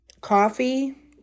coffee